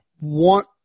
want